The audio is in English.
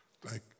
Thank